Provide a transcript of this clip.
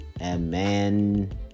amen